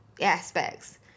aspects